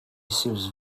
seems